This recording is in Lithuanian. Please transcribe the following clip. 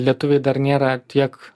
lietuviai dar nėra tiek